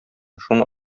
шуны